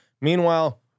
Meanwhile